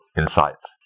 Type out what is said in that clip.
insights